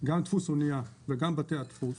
דפוס אניה וגם של בתי הדפוס